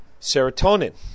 serotonin